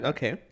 Okay